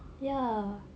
ya